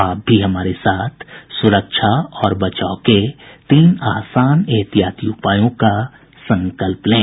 आप भी हमारे साथ सुरक्षा और बचाव के तीन आसान एहतियाती उपायों का संकल्प लें